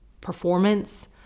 performance